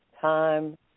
time